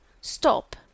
Stop